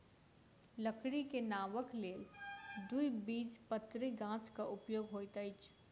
लकड़ी के नावक लेल द्विबीजपत्री गाछक उपयोग होइत अछि